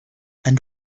and